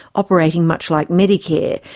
operating much like medicare,